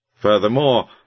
Furthermore